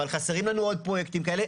אבל חסרים לנו עוד פרויקטים כאלה,